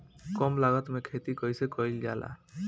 कम लागत में खेती कइसे कइल जाला?